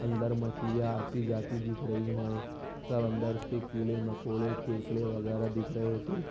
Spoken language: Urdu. اندر مچھلیاں آتی جاتی دکھ رہی ہیں سب اندر کے کیڑے مکوڑے کیکڑے وغیرہ دکھ رہے تھے